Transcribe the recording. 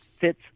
fits